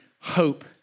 hope